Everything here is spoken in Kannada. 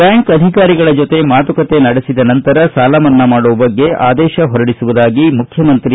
ಬ್ಯಾಂಕ್ ಅಧಿಕಾರಿಗಳ ಜೊತೆ ಮಾತುಕತೆ ಮಾಡಿದ ನಂತರ ಸಾಲಮನ್ನಾ ಮಾಡುವ ಬಗ್ಗೆ ಆದೇಶ ಹೊರಡಿಸುವುದಾಗಿ ಮುಖ್ಯಮಂತ್ರಿ ಎಚ್